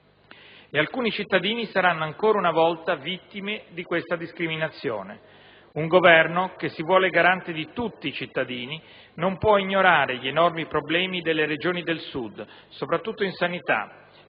E alcuni cittadini saranno ancora una volta vittime di questa discriminazione. Un Governo che si vuole garante di tutti i cittadini non può ignorare gli enormi problemi delle Regioni del Sud, soprattutto in sanità,